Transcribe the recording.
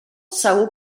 segur